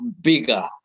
bigger